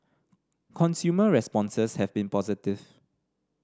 consumer responses have been positive